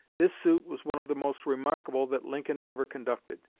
this suit was one of the most remarkable that lincoln ever conducted.